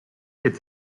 est